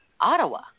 ottawa